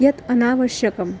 यत् अनावश्यकं